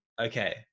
okay